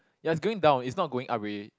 ya it's going down it's not going up ready